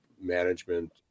management